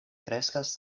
kreskas